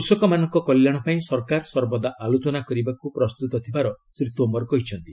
କୃଷକମାନଙ୍କ କଲ୍ୟାଣ ପାଇଁ ସରକାର ସର୍ବଦା ଅଲୋଚନା କରିବାକୁ ପ୍ରସ୍ତୁତ ଥିବାର ଶ୍ରୀ ତୋମର କହିଛନ୍ତି